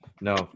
No